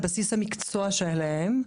על בסיס המקצוע שלם,